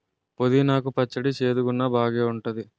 పుదీనా కు పచ్చడి సేదుగున్నా బాగేఉంటాది